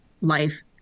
life